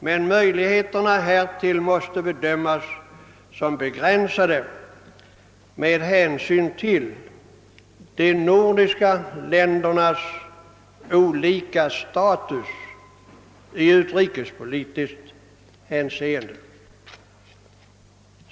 Men möjligheterna härtill måste bedömas som begränsade med hänsyn till de nordiska ländernas sinsemellan olika status i utrikespolitiskt hänseende.